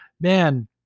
Man